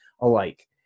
alike